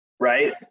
right